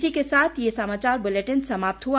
इसी के साथ ये समाचार बुलेटिन समाप्त हुआ